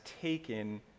taken